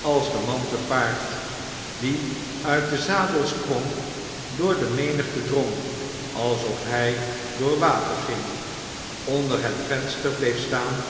als de man te paard die uit den zadel sprong door de menigte drong alsof hij door water ging onder het venster bleef staan